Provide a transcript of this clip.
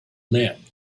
lead